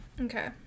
Okay